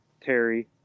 Terry